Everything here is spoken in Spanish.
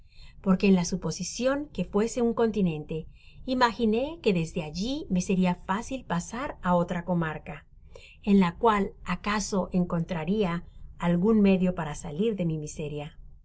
porque en la suposicion que fuese un continente imayhé que desdo alli me seria fácil pasar á otra comarca en la cual acaso encontraria algun medio para salir de mi miseria